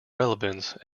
relevance